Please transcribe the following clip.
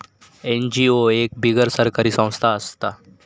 NGO एक बिगर सरकारी संस्था असता